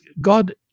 God